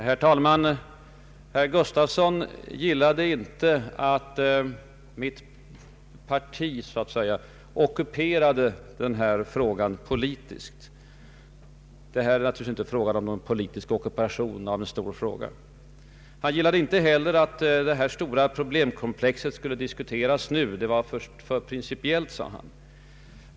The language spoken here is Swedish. Herr talman! Herr Gustafsson gillade inte att mitt parti — som han sade — politiskt ockuperade den fråga det här gäller. Det är naturligtvis inte fråga om någon politisk ockupation av en stor fråga. Han gillade inte heller att detta stora problemkomplex skulle diskuteras nu. Han ansåg inte att principfrågorna hörde hit. Jag har en rakt motsatt uppfattning.